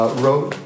wrote